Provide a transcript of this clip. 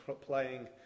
playing